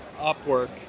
Upwork